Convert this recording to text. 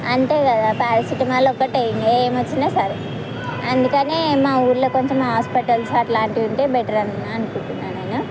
అంతే కదా పారాసెటమాల్ ఒకటే ఇంకా ఏం వచ్చినా సరే అందుకని మా ఊళ్ళో కొంచెం హాస్పిటల్స్ అలాంటివి ఉంటే బెటర్ అనుకుంటున్నాను నేను